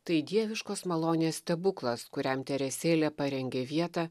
tai dieviškos malonės stebuklas kuriam teresėlė parengė vietą